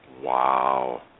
Wow